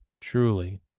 truly